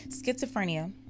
schizophrenia